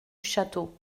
château